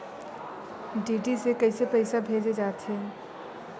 DD से कइसे पईसा भेजे जाथे?